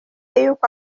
yuko